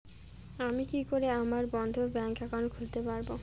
আমি কি করে আমার বন্ধ ব্যাংক একাউন্ট খুলতে পারবো?